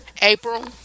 april